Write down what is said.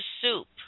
soup